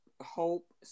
Hope